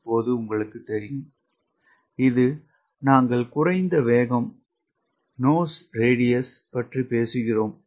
இப்போது உங்களுக்குத் தெரியும் இது நாங்கள் குறைந்த வேகம் மூக்கு ஆரம் பற்றி பேசுகிறோம்